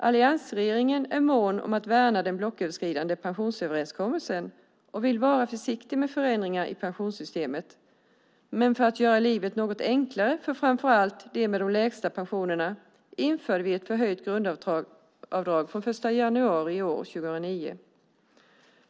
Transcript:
Alliansregeringen är mån om att värna den blocköverskridande pensionsöverenskommelsen och vill vara försiktig med förändringar i pensionssystemet. Men för att göra livet något enklare för framför allt dem med de lägsta pensionerna införde vi ett förhöjt grundavdrag från den 1 januari 2009.